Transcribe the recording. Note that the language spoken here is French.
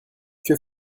que